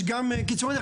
יש גם קיצורי דרך.